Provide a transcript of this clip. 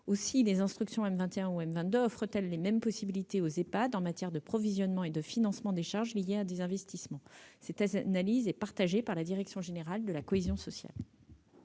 Aussi les instructions M21 et M22 offrent-elles les mêmes possibilités aux Ehpad en matière de provisionnement et de financement des charges liées à des investissements. Cette analyse est partagée par la direction générale de la cohésion sociale.